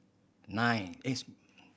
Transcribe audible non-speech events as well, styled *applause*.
nine *unintelligible*